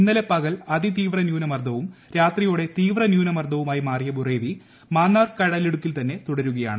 ഇന്നലെ പകൽ അതിതീവ്ര ന്യൂനമർദവും രാത്രിയോടെ തീവ്ര ന്യൂനമർദവുമായി മാറിയ ബുറെവി മാന്നാർ കടലിടുക്കിൽ തന്നെ തുടരുകയാണ്